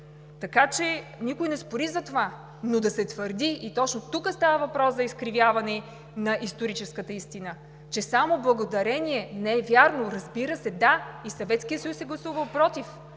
Така че никой не спори за това, но да се твърди, и точно тук става въпрос за изкривяване на историческата истина, че само благодарение, не е вярно, разбира се, да, и Съветският